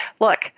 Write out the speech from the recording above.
look